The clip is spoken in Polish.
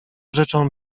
rzeczą